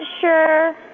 sure